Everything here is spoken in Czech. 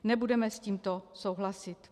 Nebudeme s tímto souhlasit.